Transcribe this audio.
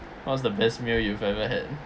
what's the best meal you've ever had